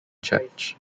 church